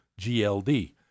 GLD